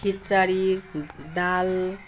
खिचडी दाल